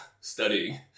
studying